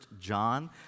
John